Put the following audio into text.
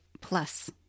plus